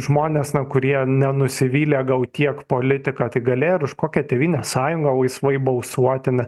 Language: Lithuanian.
žmonės kurie nenusivylę gal tiek politika tai galėjo ir už kokią tėvynės sąjungą laisvai balsuoti ne